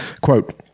quote